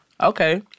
Okay